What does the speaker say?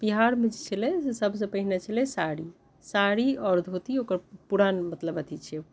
बिहारमे जे छलै से सभसँ पहिने छलै साड़ी आओर धोती ओकर पुरान मतलब अथि छियै